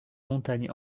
montagnes